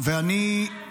ערבים.